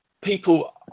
People